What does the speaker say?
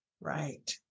Right